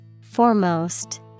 Foremost